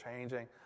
changing